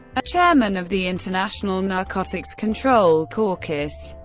ah chairman of the international narcotics control caucus,